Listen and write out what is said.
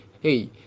hey